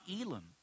Elam